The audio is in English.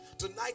Tonight